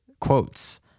quotes